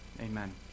Amen